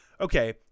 Okay